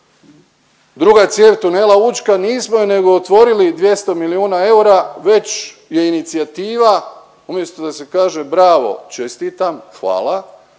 Druga cijev tunela Učka nismo ju nego otvorili 200 milijuna eura već je inicijativa umjesto da se kaže bravo čestitam, hvala